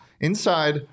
inside